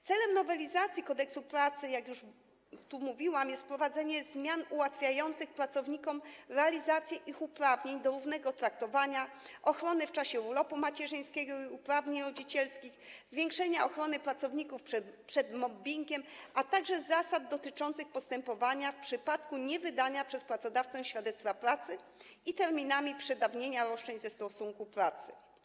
Celem nowelizacji Kodeksu pracy, jak już tu mówiłam, jest wprowadzenie zmian ułatwiających pracownikom realizację ich uprawnień do równego traktowania, ochrony w czasie urlopu macierzyńskiego i uprawnień rodzicielskich, zwiększenie ochrony pracowników przed mobbingiem, a także zasad dotyczących postępowania w przypadku niewydania przez pracodawcę świadectwa pracy i terminów przedawnienia roszczeń ze stosunku pracy.